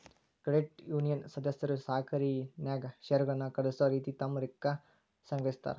credit union ಸದಸ್ಯರು ಸಹಕಾರಿನ್ಯಾಗ್ ಷೇರುಗಳನ್ನ ಖರೇದಿಸೊ ರೇತಿ ತಮ್ಮ ರಿಕ್ಕಾ ಸಂಗ್ರಹಿಸ್ತಾರ್